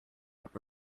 that